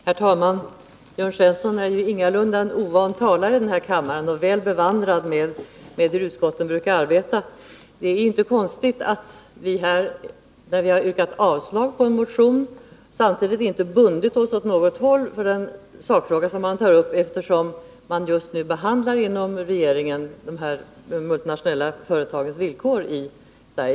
Herr talman! Jörn Svensson är ingalunda någon ovan talare i denna kammare, och han är väl förtrogen med hur utskotten brukar arbeta. Det är inte konstigt att vi samtidigt som vi har yrkat avslag på en motion inte har bundit oss åt något håll i den sakfråga som här tas upp, eftersom regeringen just nu behandlar de multinationella företagens villkor i Sverige.